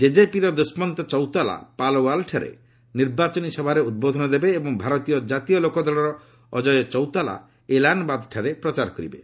ଜେଜେପିର ଦୁଷ୍ମନ୍ତ ଚୌତାଲା ପାଲୱାଲଠାରେ ନିର୍ବାଚନୀ ସଭାରେ ଉଦ୍ବୋଧନ ଦେବେ ଏବଂ ଭାରତୀୟ ଜାତୀୟ ଲୋକଦଳର ଅକ୍ଷୟ ଚୌତାଲା ଏଲାନାବାଦଠାରେ ପ୍ରଚାର କରିବେ